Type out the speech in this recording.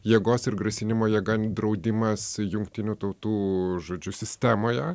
jėgos ir grasinimo jėga draudimas jungtinių tautų žodžiu sistemoje